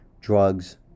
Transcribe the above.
drugs